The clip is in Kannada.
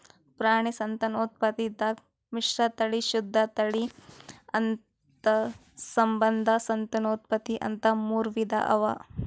ಪ್ರಾಣಿ ಸಂತಾನೋತ್ಪತ್ತಿದಾಗ್ ಮಿಶ್ರತಳಿ, ಶುದ್ಧ ತಳಿ, ಅಂತಸ್ಸಂಬಂಧ ಸಂತಾನೋತ್ಪತ್ತಿ ಅಂತಾ ಮೂರ್ ವಿಧಾ ಅವಾ